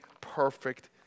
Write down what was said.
perfect